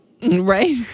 Right